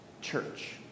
church